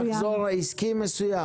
ממחזור עסקי מסוים.